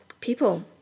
people